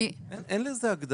אין לזה הגדרה.